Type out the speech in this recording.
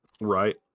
Right